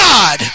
God